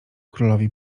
królowi